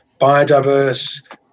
biodiverse